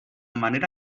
manera